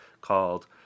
called